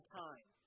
time